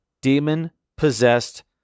demon-possessed